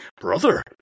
Brother